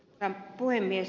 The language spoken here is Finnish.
herra puhemies